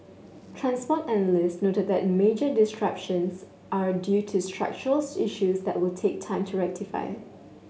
transport analysts noted that major disruptions are due to structural issues that will take time to rectify